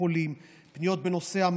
פניות בנושא בתי חולים,